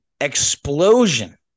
explosion